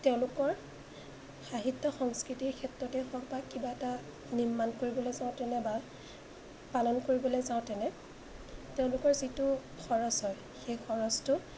তেওঁলোকৰ সাহিত্য সংস্কৃতিৰ ক্ষেত্ৰতেই হওক বা কিবা এটা নিৰ্মাণ কৰিবলৈ যাওঁতেনে বা পালন কৰিবলৈ যাওঁতেনে তেওঁলোকৰ যিটো খৰচ হয় সেই খৰচটো